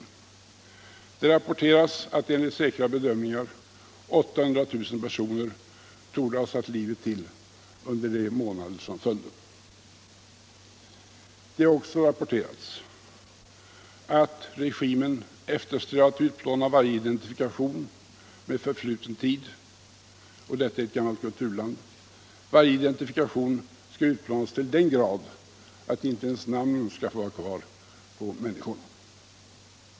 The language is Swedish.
Det rapporteras att enligt säkra bedömningar 800 000 personer satt livet till under de månader som följde. Det har också rapporterats att regimen eftersträvar att utplåna varje identifikation med förfluten tid — och detta i ett gammalt kulturland. Varje identifikation utplånas till den grad att inte ens namnen skall få vara kvar på människorna.